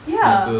ya